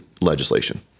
legislation